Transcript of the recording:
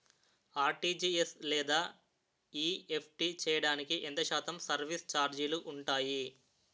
RTGS లేదా NEFT చేయడానికి ఎంత శాతం సర్విస్ ఛార్జీలు ఉంటాయి?